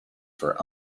for